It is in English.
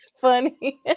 funny